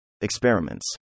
Experiments